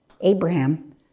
Abraham